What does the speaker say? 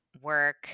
work